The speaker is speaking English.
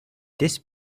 this